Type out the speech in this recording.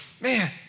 Man